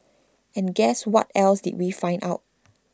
and guess what else did we find out